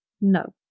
no